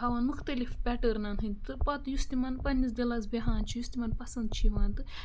ہاوان مُختلِف پیٹٲرنَن ہٕنٛدۍ تہٕ پَتہٕ یُس تِمَن پنٛنِس دِلَس بیٚہان چھُ یُس تِمَن پَسَنٛد چھُ یِوان تہٕ